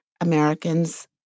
Americans